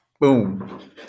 Boom